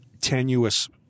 tenuous